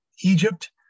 Egypt